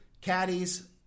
Caddies